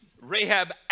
Rahab